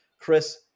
Chris